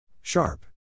Sharp